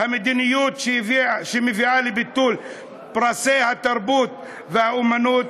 המדיניות שמביאה לביטול פרסי התרבות והאמנות,